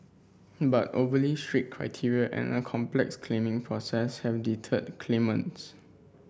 but overly strict criteria and a complex claiming process have deterred claimants